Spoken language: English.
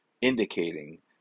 indicating